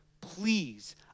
please